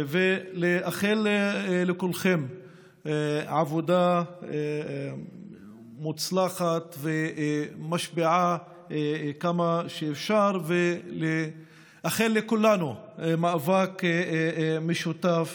מאחל לכולכם עבודה מוצלחת ומשפיעה כמה שאפשר ומאחל לכולנו מאבק משותף